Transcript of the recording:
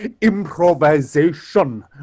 improvisation